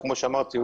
כמו שאמרתי,